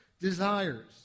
desires